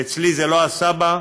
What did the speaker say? ואצלי זה לא הסבא,